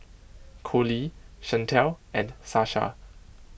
Collie Shantel and Sasha